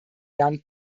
jahren